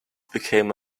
became